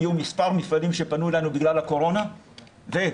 היו מספר מפעלים שפנו אלינו בגלל הקורונה ומפעלים